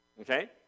Okay